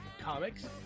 comics